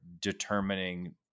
determining